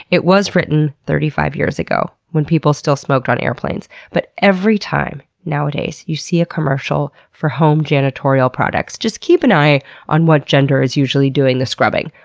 it was written thirty five years ago, when people still smoked on airplanes, but every time nowadays you see a commercial for home janitorial products, just keep an eye on what gender is usually doing the scrubbing.